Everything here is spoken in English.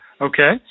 Okay